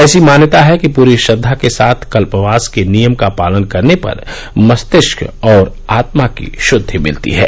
ऐसी मान्यता है कि पूरी श्रद्वा के साथ कल्पवास के नियम का पालन करने पर मस्तिष्क और आत्मा शुद्धि मिलती है